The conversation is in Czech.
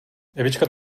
evička